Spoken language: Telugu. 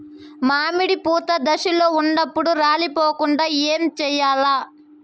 మామిడి పూత దశలో ఉన్నప్పుడు రాలిపోకుండ ఏమిచేయాల్ల?